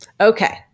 Okay